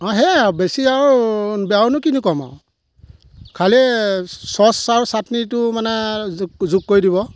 অ' সেয়ে আৰু বেছি আৰু বেয়াওনো কিনো ক'ম আৰু খালী চ'চ আৰু চাটনিতো মানে যোগ যোগ কৰি দিব